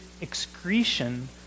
excretion